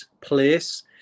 place